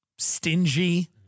stingy